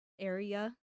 area